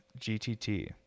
GTT